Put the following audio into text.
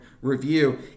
review